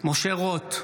משה רוט,